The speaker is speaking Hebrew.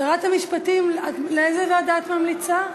שרת המשפטים, לאיזה ועדה את ממליצה?